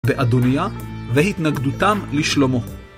בעד אונייה והתנגדותם לשלומו